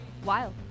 wild